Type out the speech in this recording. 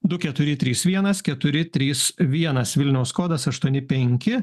du keturi trys vienas keturi trys vienas vilniaus kodas aštuoni penki